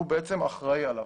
הוא בעצם אחראי עליו.